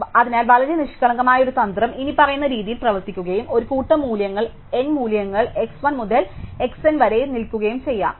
അതിനാൽ വളരെ നിഷ്കളങ്കമായ ഒരു തന്ത്രം ഇനിപ്പറയുന്ന രീതിയിൽ പ്രവർത്തിക്കുകയും ഒരു കൂട്ടം മൂല്യങ്ങൾ n മൂല്യങ്ങൾ x 1 മുതൽ x n വരെ നൽകുകയും ചെയ്യും